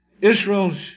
Israel's